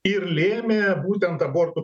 ir lėmė būtent abortų